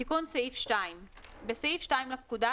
תיקון סעיף 2 2. בסעיף 2 לפקודה,